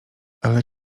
ale